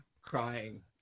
Crying